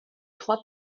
trois